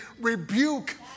rebuke